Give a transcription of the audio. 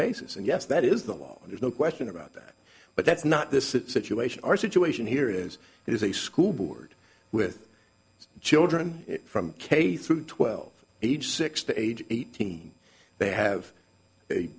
and yes that is the law there's no question about that but that's not this situation our situation here is it is a school board with children from k through twelve age six to age eighteen they have a